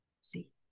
see